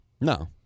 No